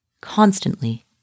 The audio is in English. constantly